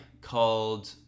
called